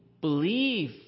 believe